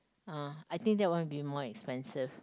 uh I think that one be more expensive